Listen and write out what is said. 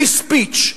free speech.